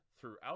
throughout